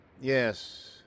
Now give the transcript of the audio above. Yes